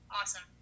awesome